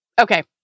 Okay